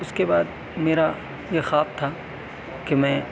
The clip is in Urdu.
اس کے بعد میرا یہ خواب تھا کہ میں